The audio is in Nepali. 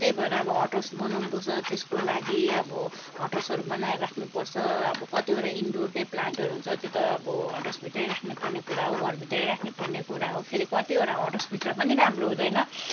त्यही भएर अब हटहाउस बनाउनुपर्छ त्यसको लागि अब हटहाउसहरू बनाएर राख्नुपर्छ अब कतिवटा इन्डोरकै प्लान्टहरू हुन्छ त्यो त अब हटहाउसभित्रै राख्नुपर्ने कुरा हो घरभित्रै राख्नुपर्ने कुरा हो फेरि कतिवटा हटहाउसभित्र पनि राम्रो हुँदैन